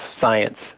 science